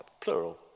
plural